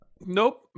Nope